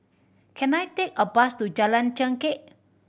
can I take a bus to Jalan Chengkek